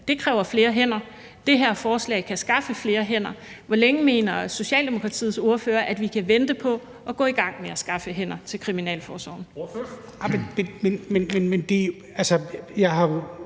Det kræver flere hænder. Det her forslag kan skaffe flere hænder. Hvor længe mener Socialdemokratiets ordfører, at vi kan vente på at gå i gang med at skaffe hænder til kriminalforsorgen? Kl.